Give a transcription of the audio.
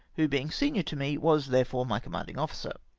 who, being senior to me, was there fore my commanding ofiicer.